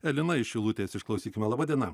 elena iš šilutės išklausykime laba diena